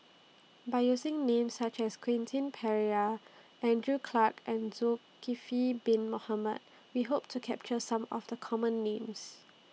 By using Names such as Quentin Pereira Andrew Clarke and Zulkifli Bin Mohamed We Hope to capture Some of The Common Names